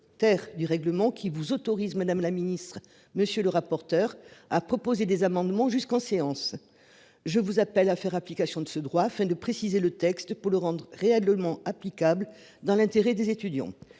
terre du règlement qui vous autorise Madame la Ministre monsieur le rapporteur, a proposé des amendements jusqu'en séance. Je vous appelle à faire application de ce droit afin de préciser le texte pour le rendre réellement applicable dans l'intérêt des étudiants